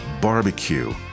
barbecue